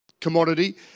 commodity –